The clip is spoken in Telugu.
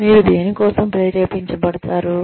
మీరు దేనికోసం ప్రేరేపించబడతారు